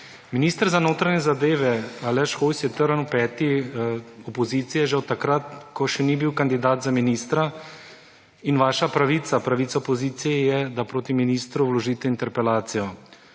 Minister za notranje zadeve Aleš Hojs je trn v peti opozicije že od takrat, ko še ni bil kandidat za ministra. In vaša pravica, pravica opozicije je, da proti ministru vložite interpelacijo.